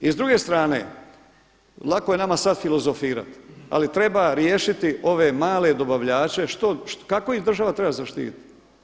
I s druge strane, lako je nama sada filozofirati ali treba riješiti ove male dobavljače kako ih država treba zaštiti.